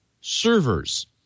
servers